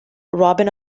robin